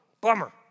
bummer